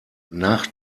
nach